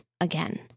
again